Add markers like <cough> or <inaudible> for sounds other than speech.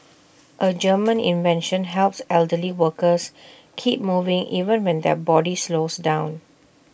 A German invention helps elderly workers <noise> keep moving even when their body slows down